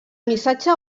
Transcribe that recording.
missatge